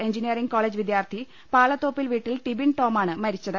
engineering college വിദ്യാർത്ഥി പാലതോപ്പിൽ വീട്ടിൽ ടിബിൻ ടോം ആണ് മരിച്ചത്